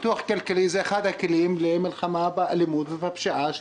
פיתוח כלכלי הוא אחד הכלים למלחמה באלימות ובפשיעה.